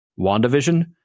WandaVision